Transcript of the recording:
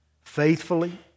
faithfully